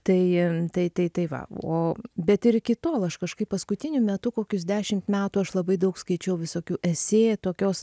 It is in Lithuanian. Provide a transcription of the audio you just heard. tai tai tai va o bet ir iki tol aš kažkaip paskutiniu metu kokius dešimt metų aš labai daug skaičiau visokių esė tokios